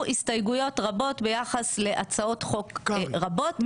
הסתייגויות רבות ביחס להצעות חוק רבות.